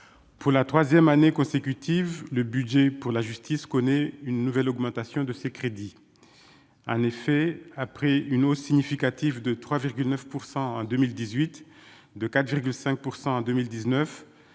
pour la 3ème année consécutive, le budget pour la justice connaît une nouvelle augmentation de ces crédits, en effet, après une hausse significative de 3,9 pourcent en 2018